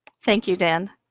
thank you dan.